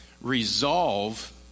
Resolve